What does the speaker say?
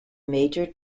major